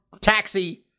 Taxi